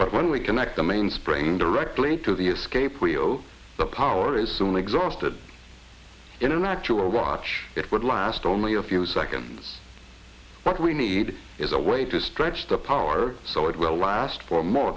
but when we connect the mainspring directly to the escape wheel the power is soon exhausted in an actual watch it would last only a few seconds but we need is a way to stretch the power so it will last for more